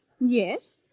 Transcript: Yes